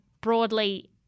broadly